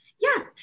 yes